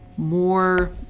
more